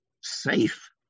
safe